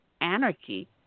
anarchy